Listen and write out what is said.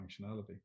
functionality